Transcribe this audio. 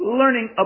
learning